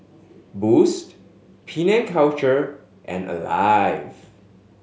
Boost Penang Culture and Alive